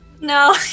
No